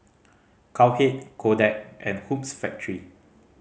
Cowhead Kodak and Hoops Factory